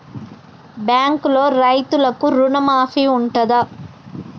బ్యాంకులో రైతులకు రుణమాఫీ ఉంటదా?